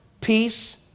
peace